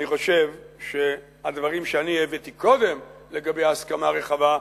אני חושב שהדברים שאני הבאתי קודם לגבי ההסכמה הרחבה,